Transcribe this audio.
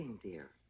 dear